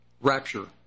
rapture